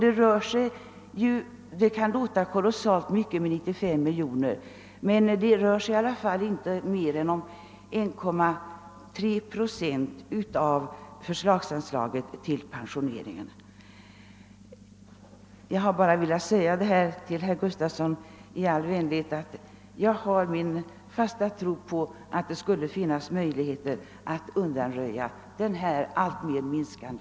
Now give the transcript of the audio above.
95 miljoner kronor kan förefalla som en oerhört stor summa, men det rör sig ändå inte om mer än 1,3 procent av förslagsanslaget till folkpensioneringen. Jag har bara i all vänlighet velat säga till herr Gustavsson i Alvesta att jag har min fasta tro på att det skulle finnas möjligheter att undanröja problemen för denna alltmer minskande